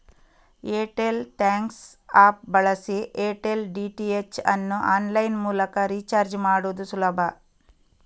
Airtel thanks app ಬಳಸಿ Airtel DTH ಅನ್ನು online ಮೂಲಕ ರೀಚಾರ್ಜ್ ಮಾಡುದು ಸುಲಭ